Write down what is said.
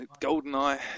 GoldenEye